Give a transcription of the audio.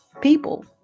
people